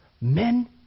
Men